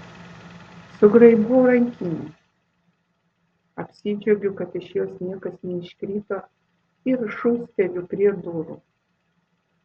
sugraibau rankinę apsidžiaugiu kad iš jos niekas neiškrito ir šūsteliu prie durų